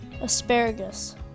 Asparagus